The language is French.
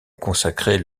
consacrer